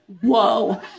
whoa